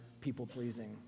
people-pleasing